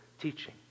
teaching